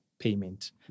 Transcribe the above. payment